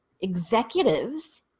executives